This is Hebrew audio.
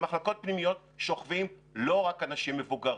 במחלקות פנימיות שוכבים לא רק אנשים מבוגרים.